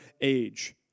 age